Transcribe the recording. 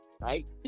Right